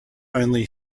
only